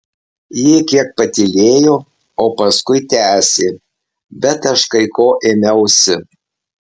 ji kiek patylėjo o paskui tęsė bet aš kai ko ėmiausi